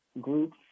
groups